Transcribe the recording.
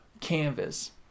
canvas